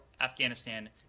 Afghanistan